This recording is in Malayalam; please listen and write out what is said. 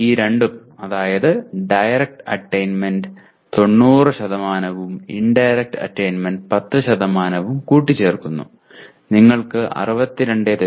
നിങ്ങൾ ഈ രണ്ടും അതായത് ഡയറക്റ്റ് അറ്റയ്ന്മെന്റ് 90 ഉം ഇൻഡയറക്റ്റ് അറ്റയ്ന്മെന്റ് 10 ഉം കൂട്ടിച്ചേർക്കുന്നു നിങ്ങൾക്ക് 62